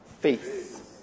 Faith